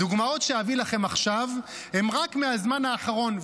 הדוגמאות שאביא לכם עכשיו הן רק מהזמן האחרון,